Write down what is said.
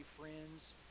friends